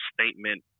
statement